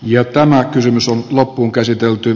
ja tämä kysymys on loppuunkäsitelty